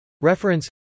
Reference